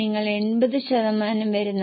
നിങ്ങൾ എന്റെ കുടെയാണോ